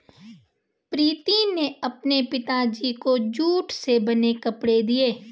प्रीति ने अपने पिताजी को जूट से बने कपड़े दिए